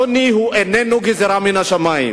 העוני איננו גזירה מן השמים.